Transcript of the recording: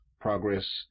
progress